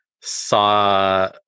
saw